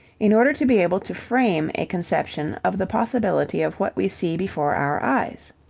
in order to be able to frame a conception of the possibility of what we see before our eyes.